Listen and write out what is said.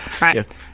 right